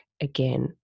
again